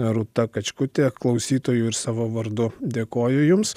rūta kačkutė klausytojų ir savo vardu dėkoju jums